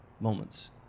moments